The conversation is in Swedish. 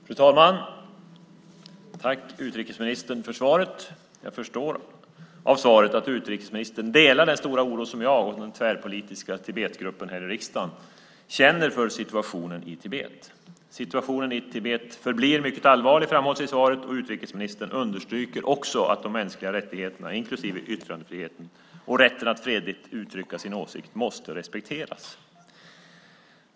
Fru talman! Jag tackar utrikesministern för svaret. Jag förstår av svaret att utrikesministern delar den stora oro som jag och den tvärpolitiska Tibetgruppen i riksdagen känner för situationen i Tibet. Att situationen i Tibet förblir mycket allvarlig framhålls i svaret. Utrikesministern understryker också att de mänskliga rättigheterna, inklusive yttrandefriheten och rätten att fredligt uttrycka sin åsikt, måste respekteras.